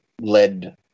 led